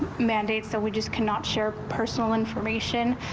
mandate so we just cannot share personal information,